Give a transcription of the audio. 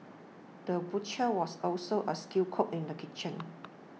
the butcher was also a skilled cook in the kitchen